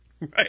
Right